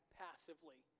passively